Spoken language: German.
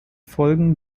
folgen